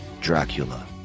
Dracula